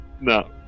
No